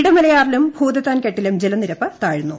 ഇടമലയാറിലും ഭൂതത്താൻകെട്ടിലും ജലനിരപ്പ് താഴ്ന്നു